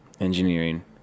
engineering